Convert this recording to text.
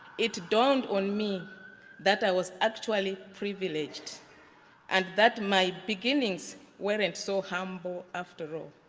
it dawned on me that i was actually privileged and that my begins weren't so humble after all.